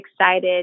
excited